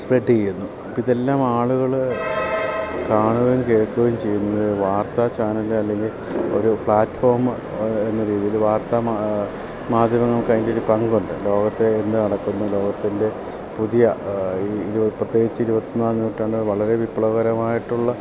spread ചെയ്യുന്നു അപ്പം ഇതെല്ലാം ആളുകൾ കാണുകേം കേൾക്കുകേം ചെയ്യുന്നത് വാർത്ത ചാനല് അല്ലെങ്കിൽ ഒരു ഫ്ലാറ്റ്ഫോമ് എന്ന രീതിയിൽ വാർത്ത മാ മാധ്യമങ്ങൾക്ക് അതിൻറ്റൊരു പങ്കുണ്ട് ലോകത്ത് എന്ത് നടക്കുന്നു ലോകത്തിൻ്റെ പുതിയ ഈ ഇത് പ്രത്യേകിച്ച് ഇരുപത്തിനാലാം നൂറ്റാണ്ട് വളരെ വിപ്ലവകരമായിട്ടുള്ള